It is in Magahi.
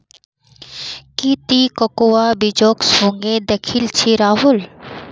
की ती कोकोआ बीजक सुंघे दखिल छि राहल